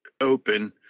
open